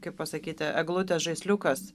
kaip pasakyti eglutės žaisliukas